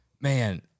man